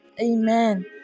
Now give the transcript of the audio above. Amen